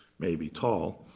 maybe, tall.